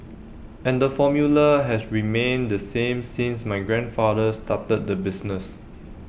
and the formula has remained the same since my grandfather started the business